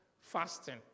fasting